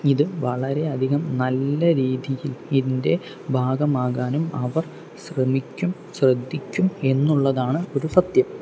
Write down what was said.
ഇത് വളരെയധികം നല്ല രീതിയ്ക്ക് ഇതിൻ്റെ ഭാഗമാകാനും അവർ ശ്രമിക്കും ശ്രദ്ധിക്കും എന്നുള്ളതാണ് ഒരു സത്യം